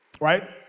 right